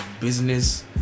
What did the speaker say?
business